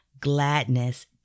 gladness